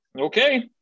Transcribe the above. Okay